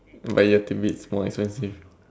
but you have to be more experienced